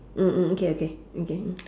mm mm okay okay okay mm